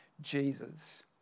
Jesus